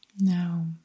No